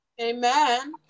Amen